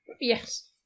Yes